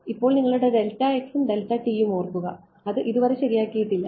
ഇപ്പോൾ നിങ്ങളുടെ ഉം ഉം ഓർക്കുക അത് ഇതുവരെ ശരിയാക്കിയിട്ടില്ല